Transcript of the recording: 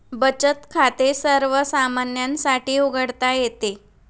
बचत खाते सर्वसामान्यांसाठी उघडता येते